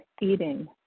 eating